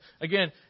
again